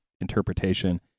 interpretation